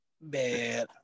Bad